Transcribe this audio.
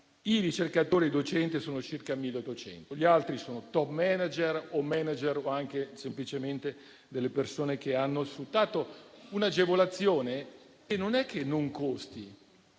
i ricercatori e i docenti sono circa 1.200; gli altri sono *top manager* o *manager* o anche semplicemente delle persone che hanno sfruttato un'agevolazione che non è che non costi.